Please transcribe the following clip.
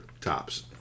tops